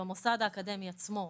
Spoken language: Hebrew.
במוסד האקדמי עצמו.